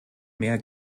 mehr